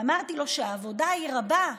ואמרתי לו שהעבודה היא רבה,